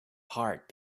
heart